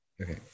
okay